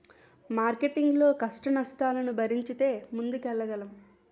marketing లో కష్టనష్టాలను భరించితే ముందుకెళ్లగలం